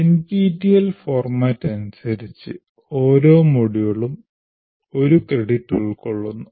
NPTEL format അനുസരിച്ച് ഓരോ മൊഡ്യൂളും ഒരു ക്രെഡിറ്റ് ഉൾക്കൊള്ളുന്നു